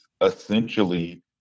essentially